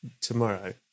tomorrow